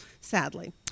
sadly